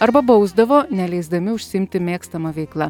arba bausdavo neleisdami užsiimti mėgstama veikla